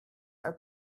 are